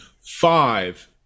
Five